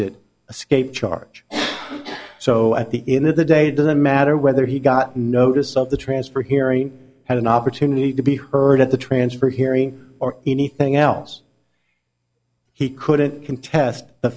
d escape charge so at the end of the day it doesn't matter whether he got notice of the transfer hearing had an opportunity to be heard at the transfer hearing or anything else he couldn't contest the